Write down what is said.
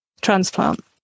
transplant